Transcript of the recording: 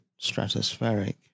stratospheric